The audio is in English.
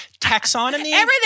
Taxonomy